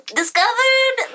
discovered